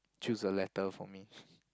choose a letter for me